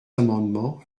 amendement